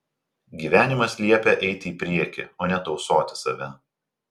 gyvenimas liepia eiti į priekį o ne tausoti save